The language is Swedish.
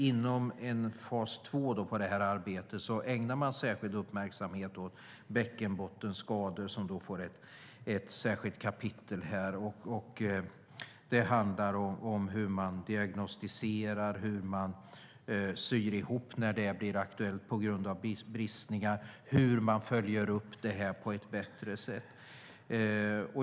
Inom en andra fas i arbetet ägnar man särskild uppmärksamhet åt bäckenbottenskador, som får ett särskilt kapitel. Det handlar om hur man diagnostiserar och syr ihop när det blir aktuellt på grund av bristningar, hur man följer upp dessa frågor på ett bättre sätt.